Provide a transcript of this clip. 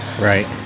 right